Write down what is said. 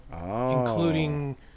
including